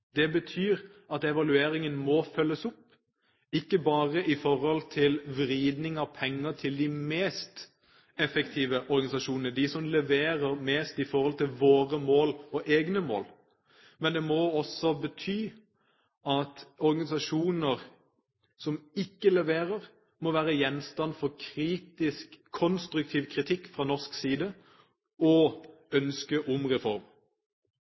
Det betyr at evalueringen må følges opp, ikke bare i forhold til vridning av penger til de mest effektive organisasjonene, de som leverer mest i forhold til våre mål og egne mål. Men det må også bety at organisasjoner som ikke leverer, må være gjenstand for kritisk konstruktiv kritikk fra norsk side, og ønske om reform.